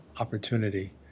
opportunity